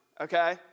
okay